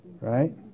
right